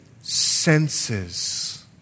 senses